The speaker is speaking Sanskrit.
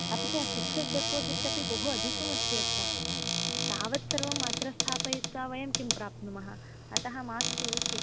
अपि च फि़क्सेड् डेपोसिट् अपि बहु अधिकमस्ति अत्र तावत् सर्वम् अत्र स्थापयित्वा वयं किं प्राप्नुमः अतः मास्तु इति